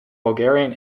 bulgarian